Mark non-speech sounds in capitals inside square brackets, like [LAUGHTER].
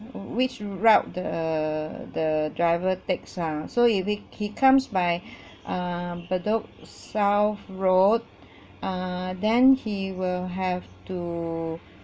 which route the the driver takes lah so you be he comes by [BREATH] err bedok south road [BREATH] err then he will have to